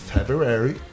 February